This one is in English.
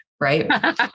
right